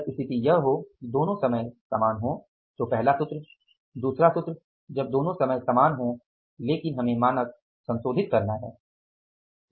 जब स्थिति यह हो कि दोनों समय समान हों तो पहला सूत्र दूसरा सूत्र जब दोनों समय समान हों लेकिन हमें मानक संशोधित करना है